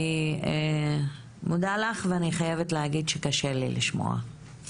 אני מודה לך ואני חייבת להגיד שמאוד קשה לי לשמוע את הדברים שלך.